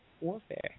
warfare